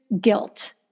guilt